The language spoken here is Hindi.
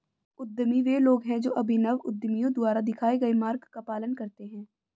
उद्यमी वे लोग हैं जो अभिनव उद्यमियों द्वारा दिखाए गए मार्ग का पालन करते हैं